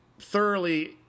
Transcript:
thoroughly